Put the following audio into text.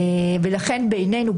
ולכן בעינינו,